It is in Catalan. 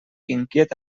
inquiet